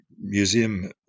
museum